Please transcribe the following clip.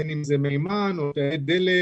בין אם זה מימן או תאי דלק,